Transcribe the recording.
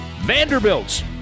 Vanderbilt's